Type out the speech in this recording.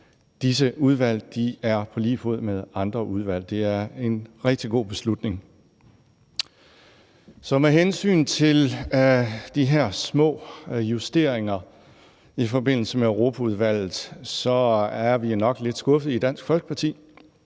disse udvalg er på lige fod med andre. Det er en rigtig god beslutning. Med hensyn til de her små justeringer i forbindelse med Europaudvalget er vi nok lidt skuffede i Dansk Folkeparti.